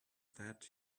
that